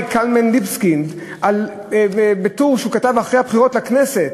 קלמן ליבסקינד בטור שהוא כתב אחרי הבחירות לכנסת?